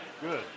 Good